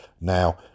Now